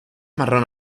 marrón